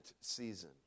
season